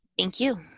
thank you.